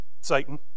Satan